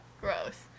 gross